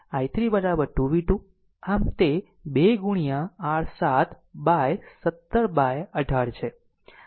આમ તે 2 into r 7 by 17 by 18 છે